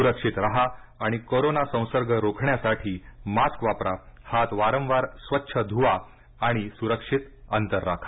सुरक्षित राहा आणि कोरोना संसर्ग रोखण्यासाठी मास्क वापरा हात वारंवार स्वच्छ धुवा सुरक्षित अंतर ठेवा